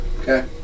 Okay